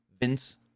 Vince